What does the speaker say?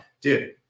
Dude